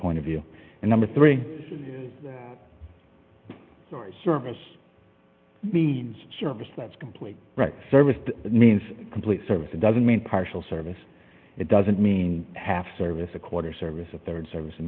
point of view and number three service means service that's complete right service means complete service doesn't mean partial service it doesn't mean half service a quarter service of their service